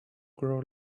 grow